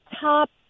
top